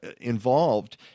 involved